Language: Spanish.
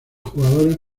jugadores